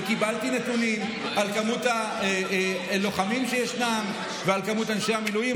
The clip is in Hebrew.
וקיבלתי נתונים על מספר הלוחמים שישנם ועל מספר אנשי המילואים.